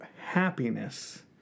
happiness